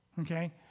Okay